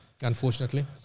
Unfortunately